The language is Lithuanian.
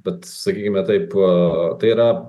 bet sakykime taip tai yra